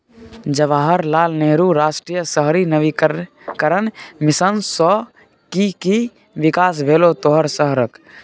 जवाहर लाल नेहरू राष्ट्रीय शहरी नवीकरण मिशन सँ कि कि बिकास भेलौ तोहर शहरक?